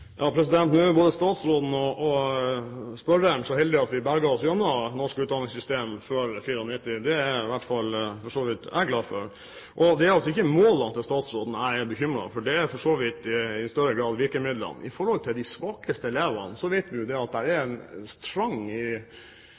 Nå er jo både statsråden og spørreren så heldige at vi berget oss gjennom norsk utdanningssystem før 1994. Det er i hvert fall jeg glad for. Det er ikke målene til statsråden jeg er bekymret for, det er for så vidt i større grad virkemidlene. Når det gjelder de svakeste elevene, vet vi at det er en trang i det rød-grønne systemet til å detaljstyre hvordan man skal løse ting: Man strammer inn på mangfoldet i